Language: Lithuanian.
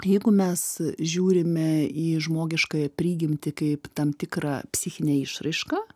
jeigu mes žiūrime į žmogiškąją prigimtį kaip tam tikrą psichinę išraišką